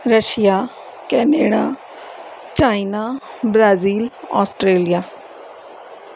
Russia Canada China Brazil Australia